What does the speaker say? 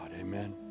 Amen